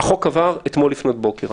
החוק עבר אתמול לפנות בוקר.